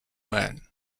man